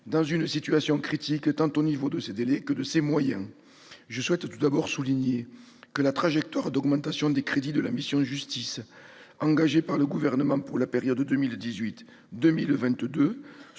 dans une situation critique, s'agissant tant de ses délais que de ses moyens. Je souhaite tout d'abord souligner que la trajectoire d'augmentation des crédits de la mission « Justice » engagée par le Gouvernement pour la période 2018-2022, soit